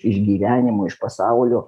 išgyvenimu iš pasaulio